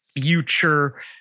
future